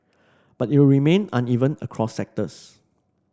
but it will remain uneven across sectors